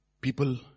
People